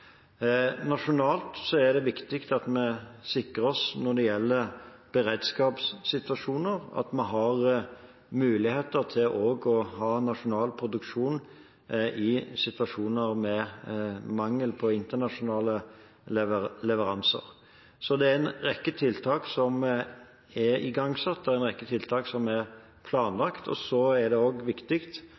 Nasjonalt er det viktig at vi sikrer oss når det gjelder beredskapssituasjoner, at vi har muligheter til også å ha nasjonal produksjon i situasjoner med mangel på internasjonale leveranser. Det er en rekke tiltak som er igangsatt, og en rekke tiltak som er planlagt. Det er også viktig at vi diskuterer og